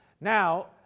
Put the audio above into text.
Now